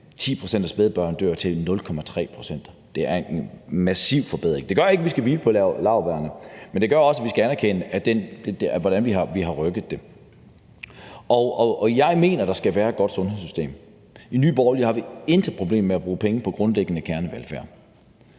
til, at det nu er 0,3 pct. Det er en massiv forbedring. Det betyder ikke, at vi skal hvile på laurbærrene, men det gør, at vi skal anerkende, hvordan vi har rykket os. Jeg mener, at der skal være et godt sundhedssystem. I Nye Borgerlige har vi intet problem med at bruge penge på grundlæggende kernevelfærd,